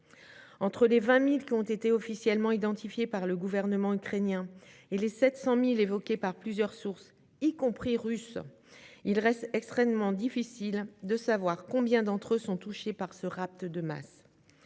Entre les 20 000 enfants qui ont été officiellement identifiés par le gouvernement ukrainien et les 700 000 évoqués par plusieurs sources, y compris russes, il reste extrêmement difficile de savoir combien d'enfants sont touchés par ce rapt de masse.